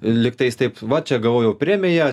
lygtais taip va čia gavau jau premiją